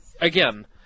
again